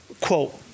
quote